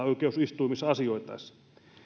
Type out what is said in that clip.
oikeusistuimissa asioitaessa